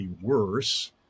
worse